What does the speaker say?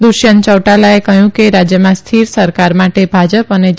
દુષ્યંત ચૌટાલાએ કહ્યું કે રાજ્યમાં સ્થિર સરકાર માટે ભાજપ અને જે